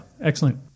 Excellent